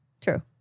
True